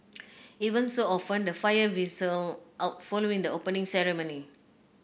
ever so often the fire fizzles out following the Opening Ceremony